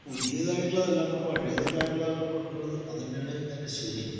പുതിയതായിട്ടുള്ളതല്ല ഒക്കെ പഴയതൊക്കെയായിട്ടുള്ളതാണ് കൊടുക്കണത് അതുതന്നെയാണ് അതിൻ്റെ ശരി